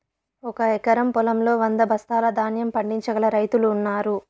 ఒక ఎకరం పొలంలో వంద బస్తాల ధాన్యం పండించగల రైతులు ఉన్నారు